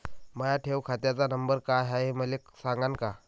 माया ठेव खात्याचा नंबर काय हाय हे मले सांगान का?